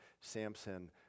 Samson